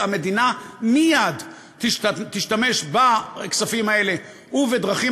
המדינה מייד תשתמש בכספים האלה ובדרכים